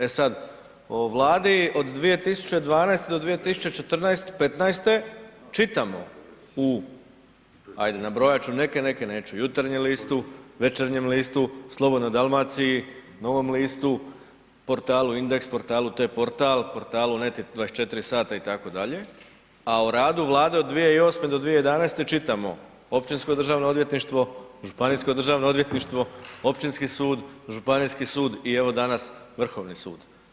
E sad, o vladi od 2012. do 2014., 2015. čitamo u ajde nabrojat ću neke, neke neću Jutarnjem listu, Večernjem listu, Slobodnoj Dalmaciji, Novom listu, portalu Indeks, portalu T-portal, portalu Net i 24 sata itd., a o radu Vlade od 2008. do 2011. čitamo Općinsko državno odvjetništvo, Županijsko državno odvjetništvo, Općinski sud, Županijski sud i evo danas Vrhovni sud.